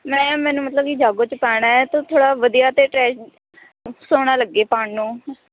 ma'am ਮੈਨੂੰ ਮਤਲਬ ਕਿ ਜਾਗੋ 'ਚ ਪਾਉਣਾ ਤਾਂ ਥੋੜ੍ਹਾ ਵਧੀਆ ਅਤੇ ਟਰੈਂਡ ਸੋਹਣਾ ਲੱਗੇ ਪਾਉਣ ਨੂੰ